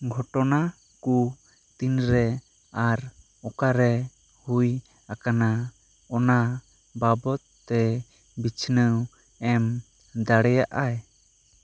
ᱜᱷᱚᱴᱚᱱᱟ ᱠᱚ ᱛᱤᱱ ᱨᱮ ᱟᱨ ᱚᱠᱟ ᱨᱮ ᱦᱩᱭ ᱟᱠᱟᱱᱟ ᱚᱱᱟ ᱵᱟᱵᱚᱫ ᱛᱮ ᱵᱤᱪᱷᱱᱟᱹᱣ ᱮᱢ ᱫᱟᱲᱮᱭᱟᱜ ᱟᱭ